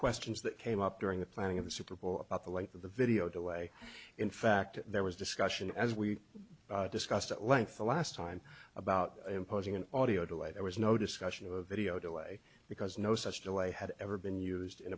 questions that came up during the planning of the super bowl about the length of the video delay in fact there was discussion as we discussed at length the last time about imposing an audio delay there was no discussion of a video delay because no such delay had ever been used in